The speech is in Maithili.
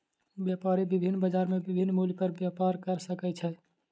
व्यापारी विभिन्न बजार में विभिन्न मूल्य पर व्यापार कय सकै छै